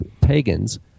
pagans